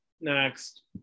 Next